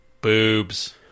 boobs